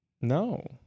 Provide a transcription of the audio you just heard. No